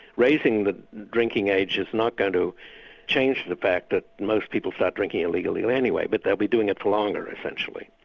raising the drinking age is not going to change the fact that most people start drinking illegally anyway, but they'll be doing it for longer, essentially.